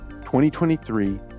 2023